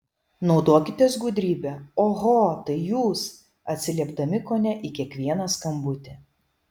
naudokitės gudrybe oho tai jūs atsiliepdami kone į kiekvieną skambutį